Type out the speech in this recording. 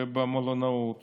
במלונאות